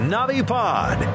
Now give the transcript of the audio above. Navipod